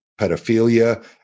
pedophilia